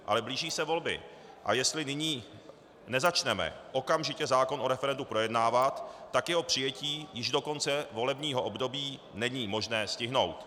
Ale blíží se volby, a jestli nyní nezačneme okamžitě zákon o referendu projednávat, tak jeho přijetí již do konce volebního období není možné stihnout.